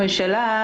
לממשלה,